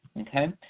okay